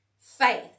faith